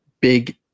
big